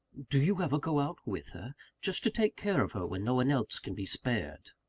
do you ever go out with her just to take care of her when no one else can be spared?